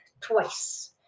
twice